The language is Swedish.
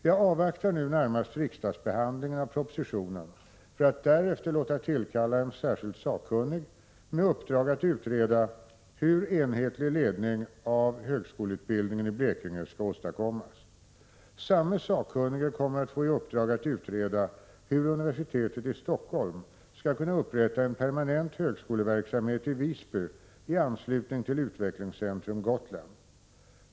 Jag avvaktar nu närmast riksdagsbehandlingen av propositionen för att därefter låta tillkalla en särskild sakkunnig med uppdrag att utreda hur enhetlig ledning av högskoleutbildningen i Blekinge skall åstadkommas. Samme sakkunnige kommer att få i uppdrag att utreda hur universitetet i Stockholm skall kunna upprätta en permanent högskoleverksamhet i Visby i anslutning till Utvecklingscentrum Gotland.